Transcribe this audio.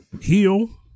Heal